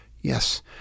Yes